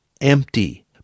empty